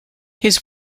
his